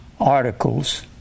articles